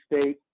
State